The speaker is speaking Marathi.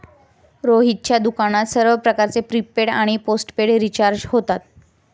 रोहितच्या दुकानात सर्व प्रकारचे प्रीपेड आणि पोस्टपेड रिचार्ज होतात